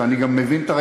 ואני גם מבין את,